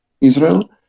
Israel